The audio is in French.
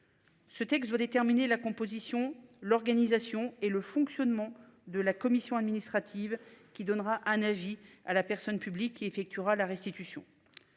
Ce texte va déterminer la composition, l'organisation et le fonctionnement de la commission administrative qui donnera un avis à la personne publique effectuera la restitution.